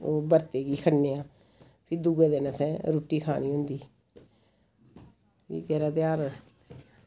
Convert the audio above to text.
ओह् बरतै गी खन्ने आं फ्ही दुए दिन असें रुट्टी खानी होंदी फ्ही केह्ड़ा त्यहार